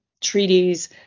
treaties